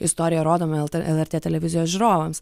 istoriją rodome lt lrt televizijos žiūrovams